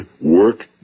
Work